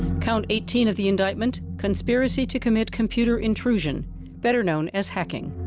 count eighteen of the indictment conspiracy to commit computer intrusion better known as hacking.